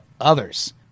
others